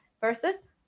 versus